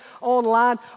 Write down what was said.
online